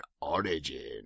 origin